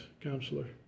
counselor